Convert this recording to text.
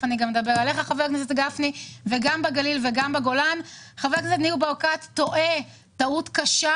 חבר הכנסת ניר ברקת טועה טעות קשה,